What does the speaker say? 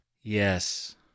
Yes